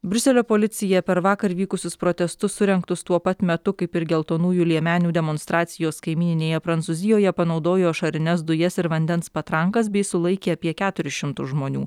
briuselio policija per vakar vykusius protestus surengtus tuo pat metu kaip ir geltonųjų liemenių demonstracijos kaimyninėje prancūzijoje panaudojo ašarines dujas ir vandens patrankas bei sulaikė apie keturis šimtus žmonių